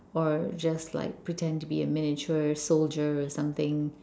or just like pretend to be a miniature soldier or something